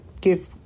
give